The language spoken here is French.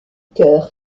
cœur